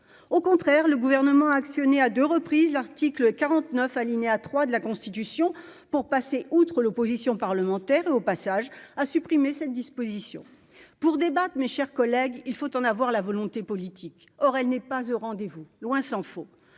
au contraire le gouvernement actionné à 2 reprises l'article 49 alinéa 3 de la Constitution pour passer outre l'opposition parlementaire et au passage à supprimer cette disposition pour débattre, mes chers collègues, il faut en avoir la volonté politique, or elle n'est pas au rendez-vous, loin s'en faut,